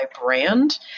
brand